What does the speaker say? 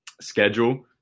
schedule